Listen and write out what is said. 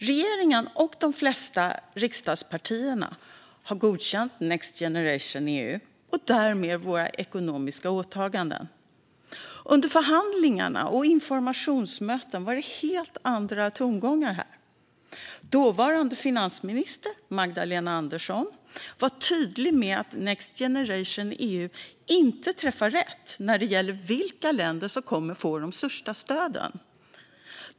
Regeringen, och de flesta riksdagspartierna, har godkänt Next Generation EU, och därmed våra ekonomiska åtaganden. Under förhandlingarna och informationsmötena var det helt andra tongångar. Dåvarande finansminister, Magdalena Andersson, var tydlig med att Next Generation EU inte träffar rätt när det gäller vilka länder som kommer att få de största stöden.